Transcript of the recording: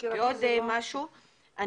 ועוד משהו,